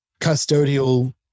custodial